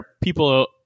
people